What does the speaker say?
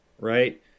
right